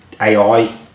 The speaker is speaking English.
AI